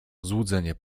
złudzenie